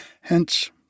Hence